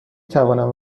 توانم